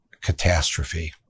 catastrophe